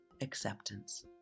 acceptance